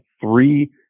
three